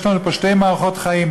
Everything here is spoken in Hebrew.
יש לנו שתי מערכות חיים,